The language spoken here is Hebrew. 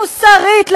מוסרית,